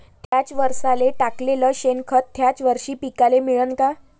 थ्याच वरसाले टाकलेलं शेनखत थ्याच वरशी पिकाले मिळन का?